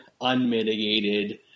unmitigated